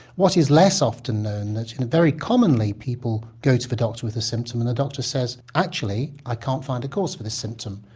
what is less often known that you know very commonly people go to the doctor with a symptom and the doctor says actually, i can't find a cause for this symptom,